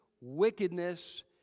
wickedness